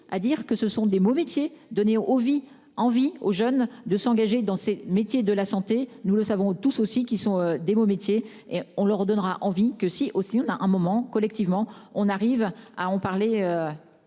à dire que ce sont des beaux métiers. Ovi envie aux jeunes de s'engager dans ces métiers de la santé, nous le savons tous aussi qui sont des beaux métiers et on leur donnera envie que si aussi on a un moment collectivement, on arrive à en parler.